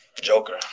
Joker